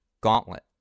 gauntlet